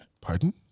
Pardon